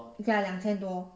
is like 两千多